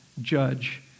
judge